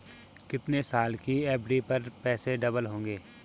कितने साल की एफ.डी पर पैसे डबल होंगे?